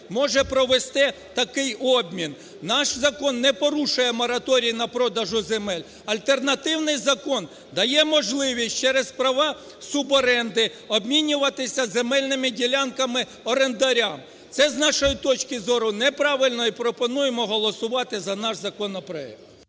може провести такий обмін. Наш закон не порушує мораторій на продаж землі, альтернативний закон дає можливість через права суборенди обмінюватися земельними ділянками орендаря. Це, з нашої точки зору, неправильно і пропонуємо голосувати за наш законопроект.